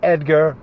Edgar